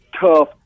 tough